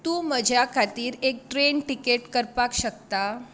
तूं म्हज्या खातीर एक ट्रेन तिकेट करपाक शकता